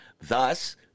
Thus